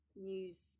news